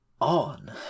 on